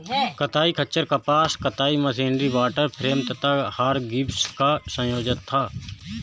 कताई खच्चर कपास कताई मशीनरी वॉटर फ्रेम तथा हरग्रीव्स का संयोजन था